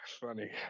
Funny